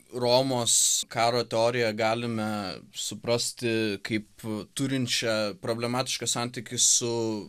romos karo teoriją galime suprasti kaip turinčią problematišką santykį su